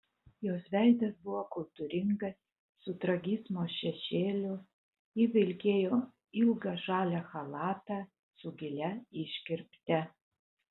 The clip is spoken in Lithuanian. jos veidas buvo kultūringas su tragizmo šešėliu ji vilkėjo ilgą žalią chalatą su gilia iškirpte